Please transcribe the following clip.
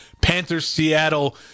Panthers-Seattle